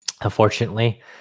unfortunately